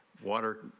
water.